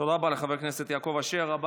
תודה רבה לחבר הכנסת יעקב אשר.